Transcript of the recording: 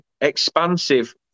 expansive